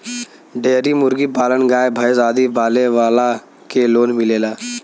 dairy मुर्गी पालन गाय भैस आदि पाले वालन के लोन मिलेला